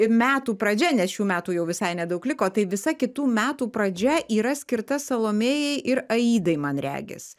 metų pradžia nes šių metų jau visai nedaug liko tai visa kitų metų pradžia yra skirta salomėjai ir aidai man regis